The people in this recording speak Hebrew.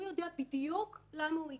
הוא יודע בדיוק למה הוא הגיע.